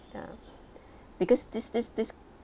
ya because this this this